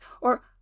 or